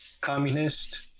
communist